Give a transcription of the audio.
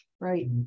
right